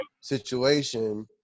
situation